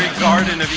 garden of